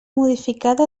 modificada